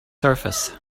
surface